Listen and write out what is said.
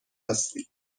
هستید